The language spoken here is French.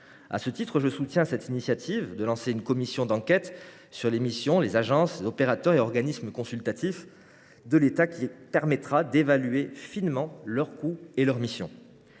À ce titre, je soutiens son initiative de lancer une commission d’enquête sur les missions des agences, opérateurs et organismes consultatifs de l’État, laquelle permettra d’évaluer finement leurs coûts et leurs missions.